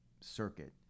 circuit